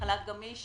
לחל"ת גמיש